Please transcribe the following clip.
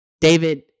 David